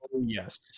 yes